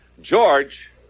George